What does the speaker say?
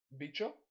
Bicho